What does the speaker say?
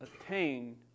attain